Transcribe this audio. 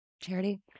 Charity